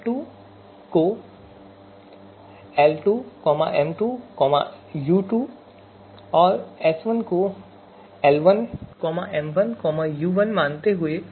S2 को l2 m2 u2 और S1 को l1 m1 u1 मानते हुए